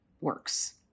works